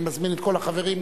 אני מזמין את כל החברים גם.